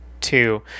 two